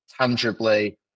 tangibly